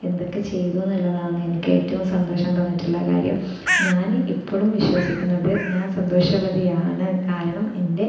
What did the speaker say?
എന്തൊക്കെ ചെയ്തു എന്നുള്ളതാണ് എനിക്ക് ഏറ്റവും സന്തോഷം തന്നിട്ടുള്ള കാര്യം ഞാൻ എപ്പോഴും വിശ്വസിക്കുന്നത് ഞാൻ സന്തോഷവതിയാണ് കാരണം എൻ്റെ